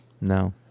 No